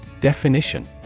Definition